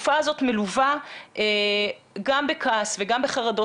התקופה הזאת מלווה גם בכעס וגם בחרדות